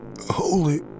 holy